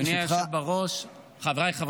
חוק